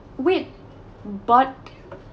wait but